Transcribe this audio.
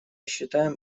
считаем